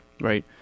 right